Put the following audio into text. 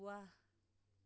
वाह